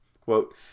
Quote